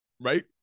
Right